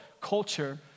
culture